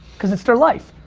cause it's their life